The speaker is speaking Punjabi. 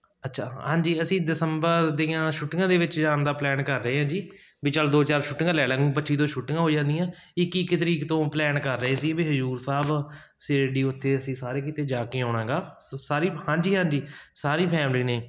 ਅੱਛਾ ਹਾਂਜੀ ਅਸੀਂ ਦਸੰਬਰ ਦੀਆਂ ਛੁੱਟੀਆਂ ਦੇ ਵਿੱਚ ਜਾਣ ਦਾ ਪਲੈਨ ਕਰ ਰਹੇ ਹਾਂ ਜੀ ਵੀ ਚੱਲ ਦੋ ਚਾਰ ਛੁੱਟੀਆਂ ਲੈ ਲੈਣ ਪੱਚੀ ਤੋਂ ਛੁੱਟੀਆਂ ਹੋ ਜਾਂਦੀਆਂ ਇੱਕੀ ਕੁ ਤਾਰੀਕ ਤੋਂ ਪਲੈਨ ਕਰ ਰਹੇ ਸੀ ਵੀ ਹਜੂਰ ਸਾਹਿਬ ਸ਼ੀਰਡੀ ਉੱਥੇ ਅਸੀਂ ਸਾਰੇ ਕੀਤੇ ਜਾ ਕੇ ਆਉਣਾ ਗਾ ਸੋ ਸਾਰੀ ਹਾਂਜੀ ਹਾਂਜੀ ਸਾਰੀ ਫੈਮਿਲੀ ਨੇ